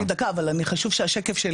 אז אנחנו נצטרך לדחות את זה לשבוע